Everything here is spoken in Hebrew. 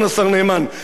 תורת ישראל,